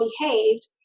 behaved